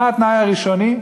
מה התנאי הראשוני?